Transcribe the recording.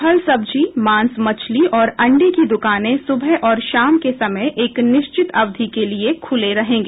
फल सब्जियों तथा मांस मछली और अंडे की दुकानें सुबह और शाम के समय एक निश्चित अवधि के लिए खुलेंगी